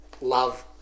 Love